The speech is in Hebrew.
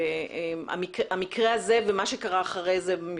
תאר לנו את המקרה הזה וגם מה שקרה אחרי זה.